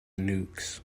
nukes